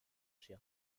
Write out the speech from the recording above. chez